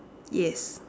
yes